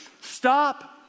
Stop